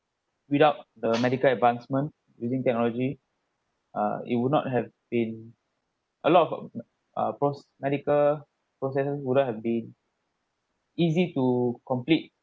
without the medical advancement using technology uh it would not have been a lot of uh pros medical processes wouldn't have been easy to complete